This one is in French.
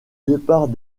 départ